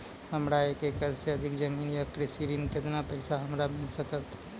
हमरा एक एकरऽ सऽ अधिक जमीन या कृषि ऋण केतना पैसा हमरा मिल सकत?